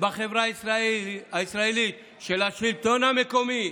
בחברה הישראלית, של השלטון המקומי,